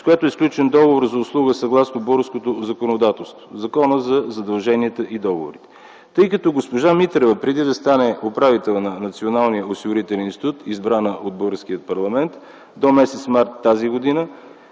с която е сключен договор за услуга, съгласно българското законодателство по Закона за задълженията и договорите. Тъй като госпожа Митрева преди да стане управител на Националния осигурителен институт, избрана от българския парламент, до м. март т.г.